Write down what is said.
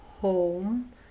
home